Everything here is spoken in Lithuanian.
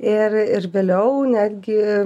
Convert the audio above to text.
ir ir vėliau netgi